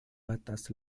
batas